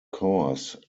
course